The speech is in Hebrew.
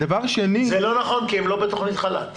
דבר שני --- זה לא נכון, כי הם לא בתוכנית חל"ת.